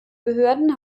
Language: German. behörden